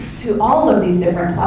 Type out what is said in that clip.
to all of these